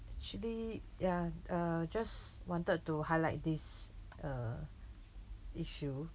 actually ya uh just wanted to highlight this uh issue